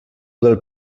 del